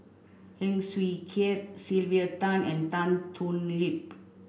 Heng Swee Keat Sylvia Tan and Tan Thoon Lip